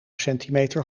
centimeter